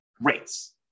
rates